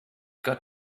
got